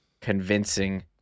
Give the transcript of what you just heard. convincing